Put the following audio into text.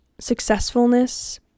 successfulness